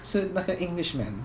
是那个 englishman